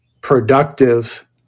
productive